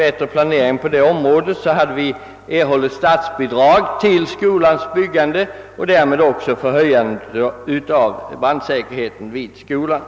Hade planeringen på området varit bättre, hade vi erhållit statsbidrag till skolbyggandet och därmed också till höjande av brandsäkerheten vid skolorna.